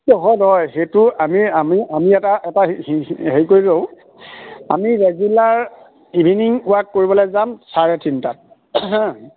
সেইটো হয় হয় সেইটো আমি আমি আমি এটা এটা হেৰি কৰি লওঁ আমি ৰেগুলাৰ ইভিনিং ৱাক কৰিবলৈ যাম চাৰে তিনিটাত